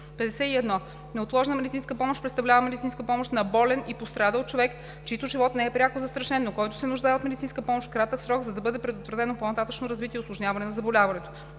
51. „Неотложната медицинска помощ“ представлява медицинска помощ на болен и пострадал човек, чийто живот не е пряко застрашен, но които се нуждае от медицинска помощ в кратък срок, за да бъде предотвратено по-нататъшно развитие и усложняване на заболяването.